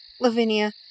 Lavinia